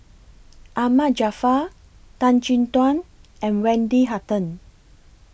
Ahmad Jaafar Tan Chin Tuan and Wendy Hutton